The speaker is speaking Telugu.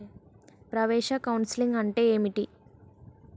ప్రవేశ కౌన్సెలింగ్ అంటే ఏమిటి?